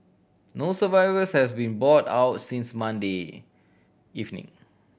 no survivors has been bought out since Monday evening